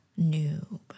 noob